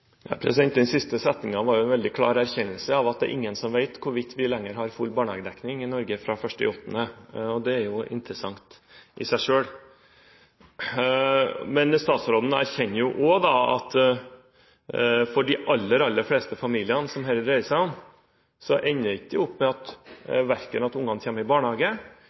Den siste setningen var en veldig klar erkjennelse av at det er ingen som vet hvorvidt vi har full barnehagedekning i Norge fra 1. august. Det er interessant i seg selv. Statsråden erkjenner også at for de aller fleste familiene som dette dreier seg om, ender det ikke opp med at ungene kommer i barnehage eller at mor kommer ut i